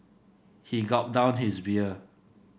he gulped down his beer